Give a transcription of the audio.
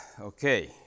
okay